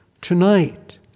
tonight